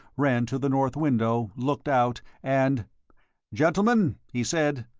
ran to the north window, looked out, and gentlemen, he said,